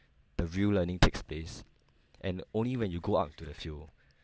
the view learning takes place and only when you go out into the field